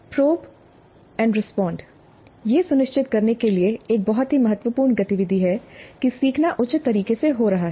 "probe और respond probe respond यह सुनिश्चित करने के लिए एक बहुत ही महत्वपूर्ण गतिविधि है कि सीखना उचित तरीके से हो रहा है